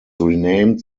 renamed